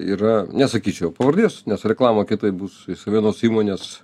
yra nesakyčiau pavardės nes reklama kitaip bus vienos įmonės